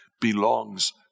belongs